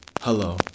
Hello